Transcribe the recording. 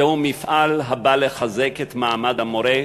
זהו מפעל הבא לחזק את המעמד המורה,